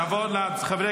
סליחה, חבר הכנסת קריב.